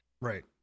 right